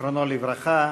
זיכרונו לברכה.